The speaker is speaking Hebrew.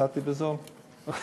יצאתי בזול.